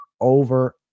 over